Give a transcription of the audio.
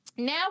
Now